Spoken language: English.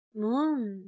moon